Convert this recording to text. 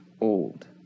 old